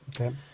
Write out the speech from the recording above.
Okay